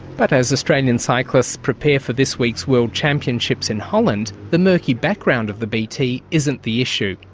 but as australian cyclists prepare for this week's world championships in holland, the murky background of the bt isn't the issue.